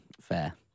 fair